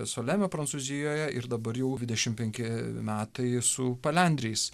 soleme prancūzijoje ir dabar jau dvidešim penki metai su palendriais